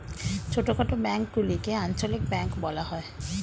ছোটখাটো ব্যাঙ্কগুলিকে আঞ্চলিক ব্যাঙ্ক বলা হয়